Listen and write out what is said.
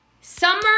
summer